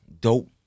Dope